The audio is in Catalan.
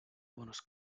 bones